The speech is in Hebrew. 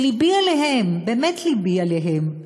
שלבי עליהם, באמת לבי עליהם,